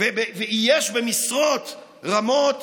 ואייש במשרות רמות